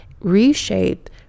reshape